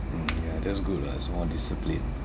mm ya that's good [what] it's more disciplined